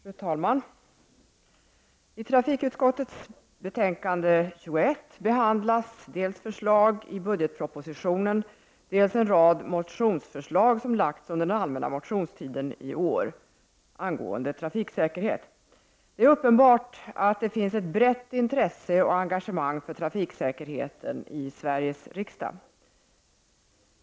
Fru talman! I trafikutskottets betänkande 21 behandlas dels förslag i budgetpropositionen, dels en rad motionsförslag om trafiksäkerheten vilka lagts fram under den allmänna motionstiden i år. Det är uppenbart att det finns ett brett intresse och engagemang för trafiksäkerheten i Sveriges riksdag.